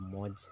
ᱢᱚᱡᱽ